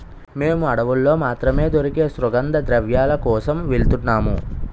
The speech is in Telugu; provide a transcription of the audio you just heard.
మేము అడవుల్లో మాత్రమే దొరికే సుగంధద్రవ్యాల కోసం వెలుతున్నాము